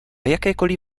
jakékoliv